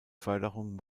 förderung